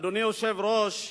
אדוני היושב-ראש,